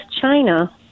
China